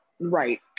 Right